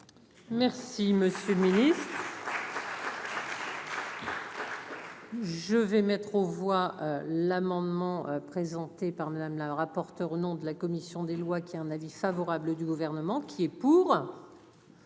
Merci, monsieur le Ministre. Je vais mettre aux voix l'amendement présenté par Madame la rapporteure au nom de la commission des lois qui un avis favorable du gouvernement. Manque qui est pour.